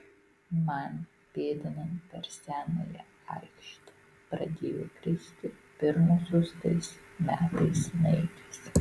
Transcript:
man pėdinant per senąją aikštę pradėjo kristi pirmosios tais metais snaigės